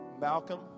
Malcolm